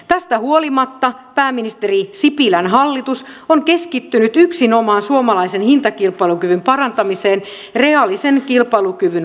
tästä huolimatta pääministeri sipilän hallitus on keskittynyt yksinomaan suomalaisen hintakilpailukyvyn parantamiseen reaalisen kilpailukyvyn kustannuksella